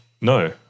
No